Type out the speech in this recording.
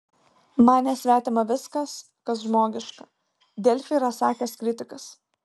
man nesvetima viskas kas žmogiška delfi yra sakęs kritikas